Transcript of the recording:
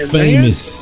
famous